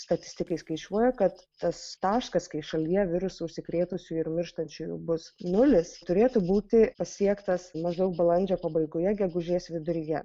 statistikai skaičiuoja kad tas taškas kai šalyje virusu užsikrėtusių ir mirštančiųjų bus nulis turėtų būti pasiektas maždaug balandžio pabaigoje gegužės viduryje